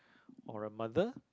or a mother